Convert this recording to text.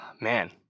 man